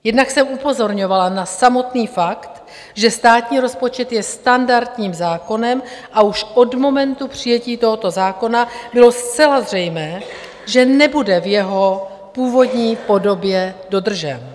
Jednak jsem upozorňovala na samotný fakt, že státní rozpočet je standardním zákonem, a už od momentu přijetí tohoto zákona bylo zcela zřejmé, že nebude v jeho původní podobě dodržen.